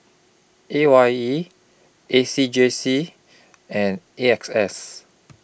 A Y E A C J C and A X S